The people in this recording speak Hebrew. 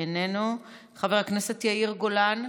חבר הכנסת עידן רול,